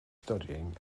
studying